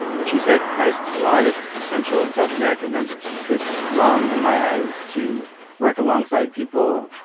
which he said has a lot of central and south american members it's wrong, in my eyes, to work alongside people,